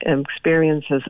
experiences